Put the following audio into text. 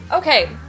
Okay